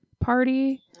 party